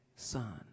son